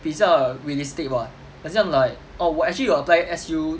比较 realistic [what] 很像 like oh 我 actually 有 apply S_U~